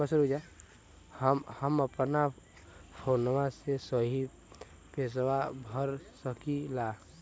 हम अपना फोनवा से ही पेसवा भर सकी ला?